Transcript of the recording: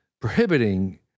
prohibiting